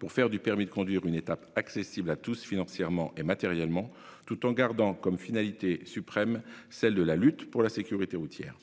pour faire du permis de conduire une étape accessible à tous financièrement et matériellement, tout en gardant comme finalité suprême la lutte pour la sécurité routière.